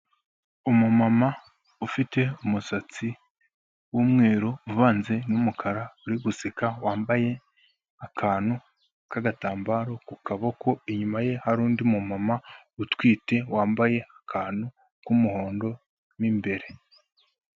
Umumama ufite umusatsi w'umweru uvanze n'umukara uri guseka, wambaye akantu k'agatambaro ku kaboko, inyuma ye hari undi mumama utwite wambaye akantu k'umuhondo mu imbere.